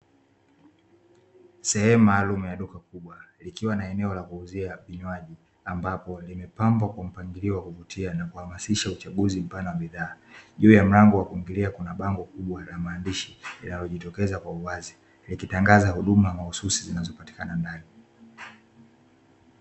Sehemu maalumu ya duka kubwa likiwa na eneo la kuuzia vinywaji, ambapo limepambwa kwa mpangilio wa kuvutia na kuhamasisha uchaguzi mpana wa bidhaa. Juu ya mlango wa kuingilia kuna bango kubwa la maandishi linalojitokeza kwa uwazi, likitangaza huduma mahususi zinazopatikana ndani.